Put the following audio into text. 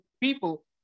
people